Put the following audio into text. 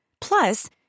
Plus